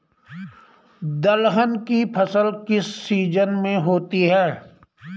दलहन की फसल किस सीजन में होती है?